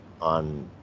on